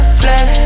flex